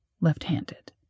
left-handed